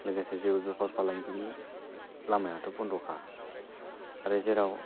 लोगोसे जेबो बेफार फालांगिरि खालामनायाथ' बन्द'खा आरो जेराव